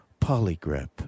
Polygrip